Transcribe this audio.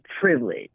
privilege